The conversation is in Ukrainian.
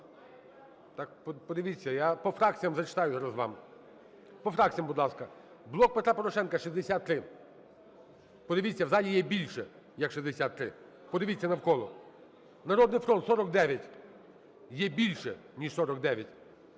Так, подивіться, я по фракціях зачитаю зараз вам. По фракціях, будь ласка: "Блок Петра Порошенка" – 63. Подивіться у залі є більше як 63, подивіться навколо. "Народний фронт" – 49, є більше ніж 49,